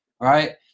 right